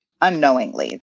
unknowingly